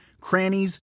crannies